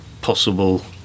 possible